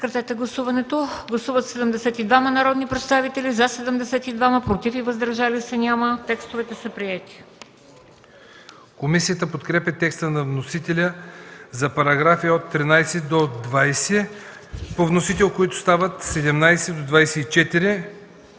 Комисията подкрепя текстовете на вносителя за параграфи от 13 до 20 по вносител, които стават параграфи